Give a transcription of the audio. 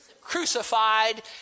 crucified